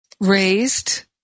raised